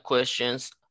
questions